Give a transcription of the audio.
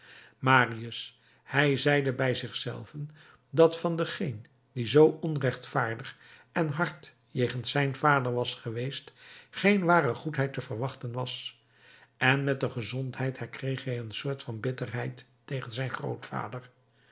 marius hij zeide bij zich zelven dat van dengeen die zoo onrechtvaardig en hard jegens zijn vader was geweest geen ware goedheid te verwachten was en met de gezondheid herkreeg hij een soort van bitterheid tegen zijn grootvader